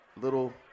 little